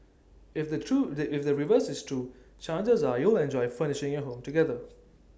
if the true the if the reverse is true chances are you'll enjoy furnishing your home together